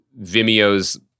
Vimeo's